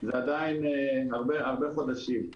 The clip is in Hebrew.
זה עדיין הרבה חודשים.